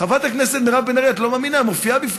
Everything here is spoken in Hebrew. חברת הכנסת מירב בן ארי, את לא מאמינה, רק לפני